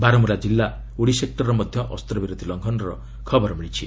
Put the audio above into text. ବାରମୁଲା ଜିଲ୍ଲା ଉଡ଼ି ସେକୂରର ମଧ୍ୟ ଅସ୍ତ୍ରବିରତି ଲଙ୍ଘନ ଖବର ମିଳିଛି